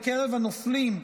בקרב הנופלים,